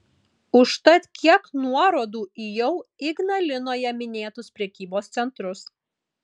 užtat kiek nuorodų į jau ignalinoje minėtus prekybos centrus